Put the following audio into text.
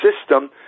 system